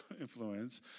influence